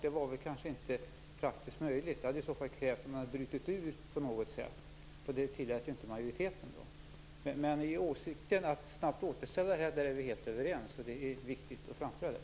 Det var kanske inte praktiskt möjligt - det hade i så fall krävt att man brutit ut på något sätt, vilket inte majoriteten tillät. Vi är helt överens om åsikten att snabbt återställa målet, och det är viktigt att framföra det.